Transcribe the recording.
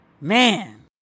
Man